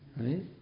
Right